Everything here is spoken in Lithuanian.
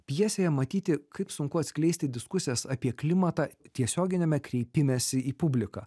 pjesėje matyti kaip sunku atskleisti diskusijas apie klimatą tiesioginiame kreipimesi į publiką